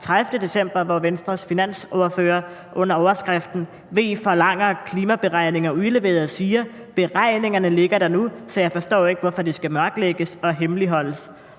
27. december 2020, hvor Venstres finansordfører under overskriften »Venstre kræver nu at få beregninger bag klimalov fremlagt« siger: »Beregningerne ligger der nu, så jeg forstår ikke, hvorfor de skal mørklægges og hemmeligholdes.«